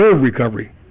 recovery